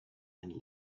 and